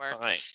fine